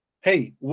Hey